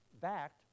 backed